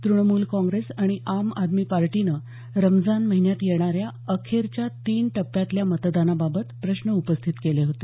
तूणमूल काँग्रेस आणि आम आदमी पार्टीनं रमजान महिन्यात येणाऱ्या अखेरच्या तीन टप्प्यातल्या मतदानाबाबत प्रश्न उपस्थित केले होते